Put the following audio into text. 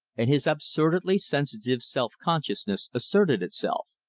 and his absurdly sensitive self-consciousness asserted itself.